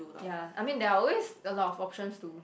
ya I mean there are always a lot of options to